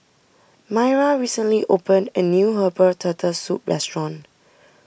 Maira recently opened a new Herbal Turtle Soup restaurant